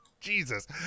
Jesus